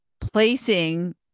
placing